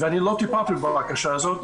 ואני לא טיפלתי בבקשה הזאת,